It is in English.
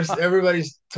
Everybody's